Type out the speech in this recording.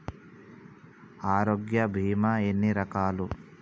ఆరోగ్య బీమా ఎన్ని రకాలు?